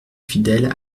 fidèles